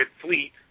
fleet